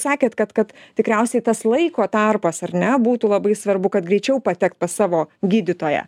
sakėt kad kad tikriausiai tas laiko tarpas ar ne būtų labai svarbu kad greičiau patekt pas savo gydytoją